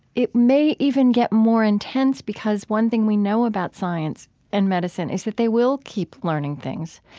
it may even get more intense because one thing we know about science and medicine is that they will keep learning things.